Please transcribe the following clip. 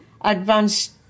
advanced